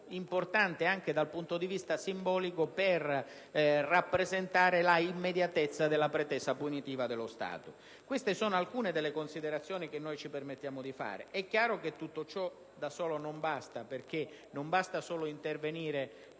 importante, anche dal punto di vista simbolico, per rappresentare la immediatezza della pretesa punitiva dello Stato. Queste sono alcune delle considerazioni che ci permettiamo di svolgere. È chiaro che tutto ciò da solo non basta, perché non basta solo intervenire